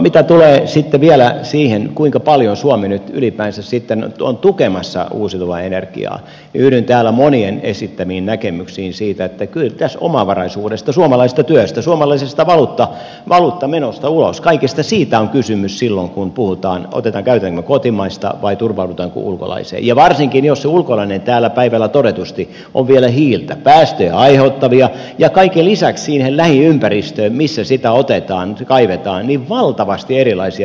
mitä tulee sitten vielä siihen kuinka paljon suomi nyt ylipäänsä sitten on tukemassa uusiutuvaa energiaa niin yhdyn täällä monien esittämiin näkemyksiin siitä että kyllä tässä omavaraisuudesta suomalaisesta työstä suomalaisen valuutan menosta ulos kaikesta siitä on kysymys silloin kun puhutaan käytetäänkö kotimaista vai turvaudutaanko ulkolaiseen ja varsinkin jos se ulkolainen täällä päivällä todetusti on vielä hiiltä päästöjä aiheuttavaa ja kaiken lisäksi siihen lähiympäristöön mistä sitä otetaan kaivetaan valtavasti erilaisia ympäristöongelmia aiheuttavaa